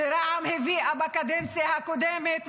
שרע"מ הביאה בקדנציה הקודמת,